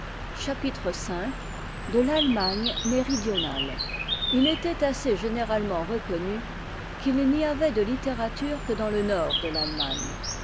chapitre v de mag'ke méridionale il était assez généralement reconnu qu'il n'y avait de littérature que dans le nord de t'attemagne